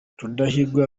rudahigwa